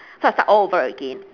so I start all over again